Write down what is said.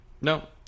No